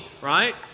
right